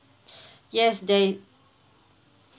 yes they